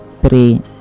three